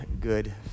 good